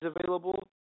available